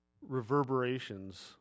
reverberations